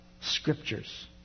Scriptures